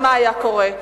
ומה היה קורה.